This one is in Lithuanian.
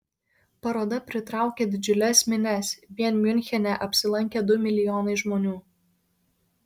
paroda pritraukė didžiules minias vien miunchene apsilankė du milijonai žmonių